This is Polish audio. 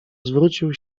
zwrócił